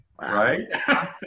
right